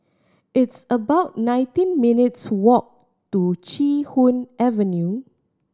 it's about nineteen minutes' walk to Chee Hoon Avenue